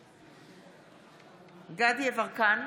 דסטה גדי יברקן,